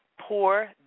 poor